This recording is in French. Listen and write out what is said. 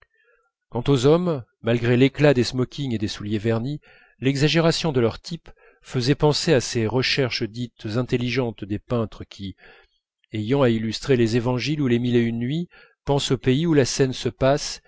quant aux hommes malgré l'éclat des smokings et des souliers vernis l'exagération de leur type faisait penser à ces recherches dites intelligentes des peintres qui ayant à illustrer les évangiles ou les mille et une nuits pensent au pays où la scène se passe